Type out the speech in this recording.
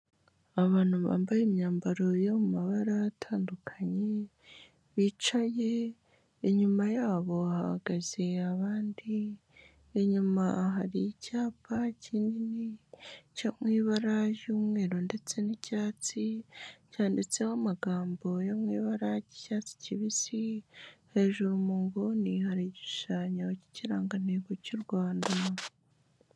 Abantu bambaye imyambaro yo mu mabara atandukanye bicaye, inyuma yabo hahagaze abandi, inyuma hari icyapa kinini cyo mu ibara ry'umweru ndetse n'icyatsi byanditseho amagambo yo mu ibara ry'icyatsi kibisi, hejuru muguni hari igishuyo cy'ikirangantego cy'u Rwanda.